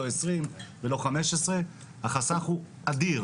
לא 20 ולא 15. החסך הוא אדיר!